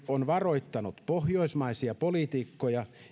on varoittanut pohjoismaisia poliitikkoja